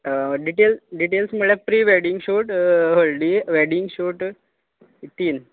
detail details म्हणल्यार pre wedding shoot haldi wedding shoot तीन